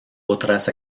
otras